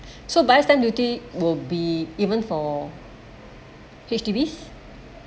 so buyer stamp duty will be even for H_D_Bs